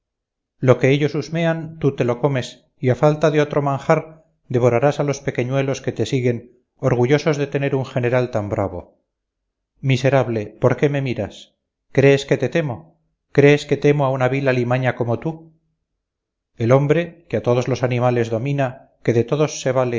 lo que ellos husmean tú te lo comes y a falta de otro manjar devorarás a los pequeñuelos que te siguen orgullosos de tener un general tan bravo miserable por qué me miras crees que te temo crees que temo a una vil alimaña como tú el hombre que a todos los animales domina que de todos se vale